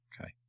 Okay